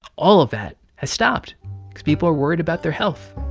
all of that has stopped because people are worried about their health.